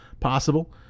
possible